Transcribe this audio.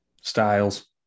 styles